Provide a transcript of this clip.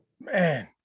man